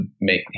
make